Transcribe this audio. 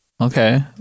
okay